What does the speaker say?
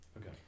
Okay